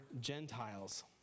Gentiles